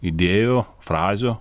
idėjų frazių